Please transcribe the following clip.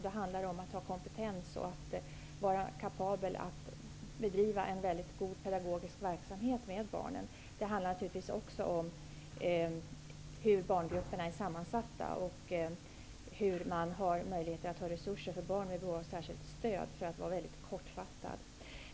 Det handlar om att ha kompetens och vara kapabel att bedriva god pedagogisk verksamhet med barnen. Det handlar naturligtvis också om hur barngrupperna är sammansatta och tillgången till resurser. Kortfattat: Barn är i behov av särskilt stöd.